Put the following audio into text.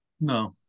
No